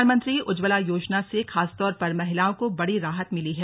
प्रधानमंत्री उज्ज्वला योजना से खासतौर पर महिलाओं को बड़ी राहत मिली है